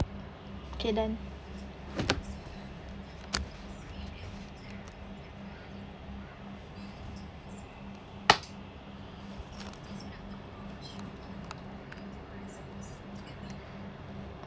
okay done